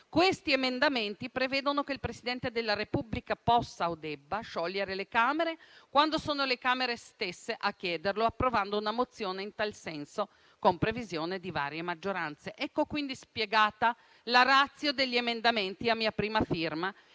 questi emendamenti prevedono che il Presidente della Repubblica possa o debba sciogliere le Camere quando sono le Camere stesse a chiederlo, approvando una mozione in tal senso, con previsione di varie maggioranze. Ecco, quindi, spiegata la *ratio* degli emendamenti a mia prima firma,